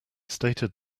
stated